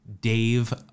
Dave